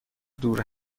دور